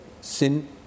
sin